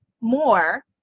more